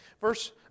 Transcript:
Verse